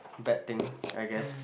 bad thing I guess